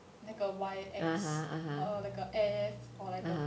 那个 Y_X or like A air or like A